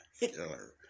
Hitler